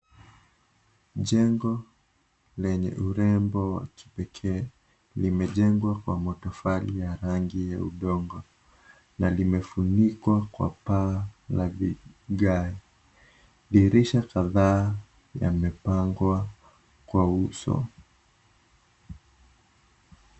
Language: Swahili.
Jengo lenye urembo wa kipekee limejengwa kwa matofali ya rangi ya udongo, na limefunikwa kwa paa la vigae. Dirisha kadhaa yamepangwa kwa uso.